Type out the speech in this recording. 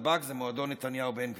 מועדון נתב"ג זה מועדון נתניהו-בן גביר.